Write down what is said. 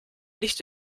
nicht